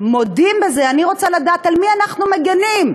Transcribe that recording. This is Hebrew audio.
מודים בזה, אני רוצה לדעת, על מי אנחנו מגינים?